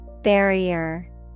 Barrier